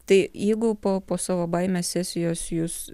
tai jeigu po po savo baimės sesijos jūs